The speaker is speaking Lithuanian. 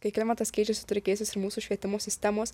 kai klimatas keičiasi turi keistis ir mūsų švietimo sistemos